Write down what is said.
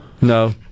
No